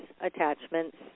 attachments